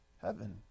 heaven